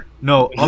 no